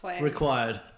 required